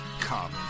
Come